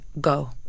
go